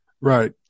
Right